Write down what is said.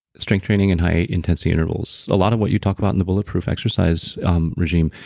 strength training and high intensity intervals. a lot of what you talk about in the bulletproof exercise um regime.